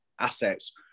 assets